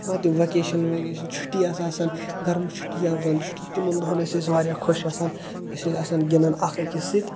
کانٛہہ تہِ vacation vacation چھُٹی ٲس آسان گَرمہٕ چھُٹی یا وَنٛد چھُٹی تِمن دوٚہَن ٲسۍ أسۍ واریاہ خۄش آسان أسۍ ٲسۍ آسان گِنٛدان اَکھ أکِس سۭتۍ